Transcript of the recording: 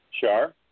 Char